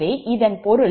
12 என்று வரும்